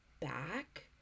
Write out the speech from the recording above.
back